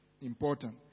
important